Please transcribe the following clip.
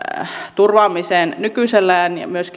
turvaamiseksi nykyisellään ja myös